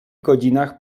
godzinach